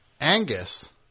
Angus